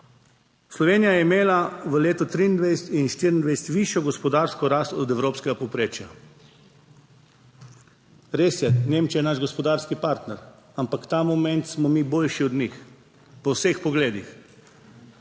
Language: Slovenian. Slovenija je imela v letu 2023 in 2024 višjo gospodarsko rast od evropskega povprečja. Res je, Nemčija je naš gospodarski partner, ampak ta moment smo mi boljši od njih po vseh pogledih.